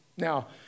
Now